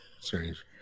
strange